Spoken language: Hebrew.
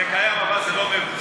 זה קיים, אבל זה לא מבוצע.